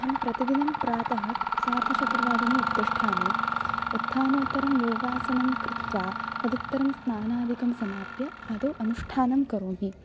अहं प्रतिदिनं प्रातः सार्धचतुर्वादने उत्तिष्ठामि उत्त्थानोत्तरं योगासनं कृत्वा तदुत्तरं स्नानाधिकं समाप्य आदौ अनुष्ठानं करोमि